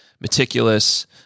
meticulous